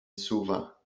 suva